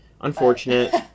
Unfortunate